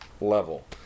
level